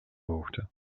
hoogte